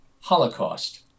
Holocaust